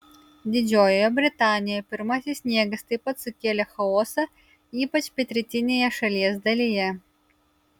didžiojoje britanijoje pirmasis sniegas taip pat sukėlė chaosą ypač pietrytinėje šalies dalyje